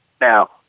Now